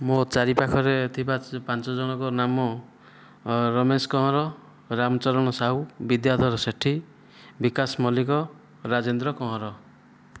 ମୋ' ଚାରିପାଖରେ ଥିବା ପାଞ୍ଚ ଜଣଙ୍କ ନାମ ରମେଶ କହଁର ରାମଚରଣ ସାହୁ ବିଦ୍ୟାଧର ସେଠି ବିକାଶ ମଲ୍ଲିକ ରାଜେନ୍ଦ୍ର କହଁର